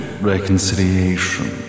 reconciliation